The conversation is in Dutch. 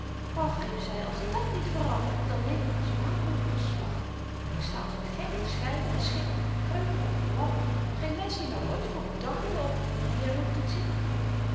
och riep zy als dàt niet verandert dan neem ik als maan m'n ontslag ik sta als een gek te schynen en schitter me kreupel en lam geen mensch die me r ooit voor bedankte of die er notitie van nam